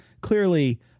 clearly